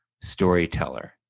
storyteller